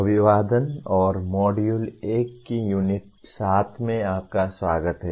अभिवादन और मॉड्यूल 1 की यूनिट 7 में आपका स्वागत है